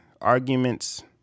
arguments